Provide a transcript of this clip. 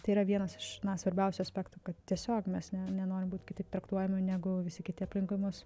tai yra vienas iš svarbiausių aspektų kad tiesiog mes ne nenorim būt kitaip traktuojami negu visi kiti aplinkui mus